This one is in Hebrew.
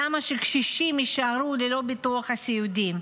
למה שקשישים יישארו ללא ביטוח סיעודי?